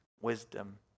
wisdom